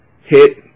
hit